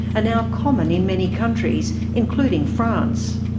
now common in many countries, including france.